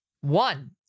One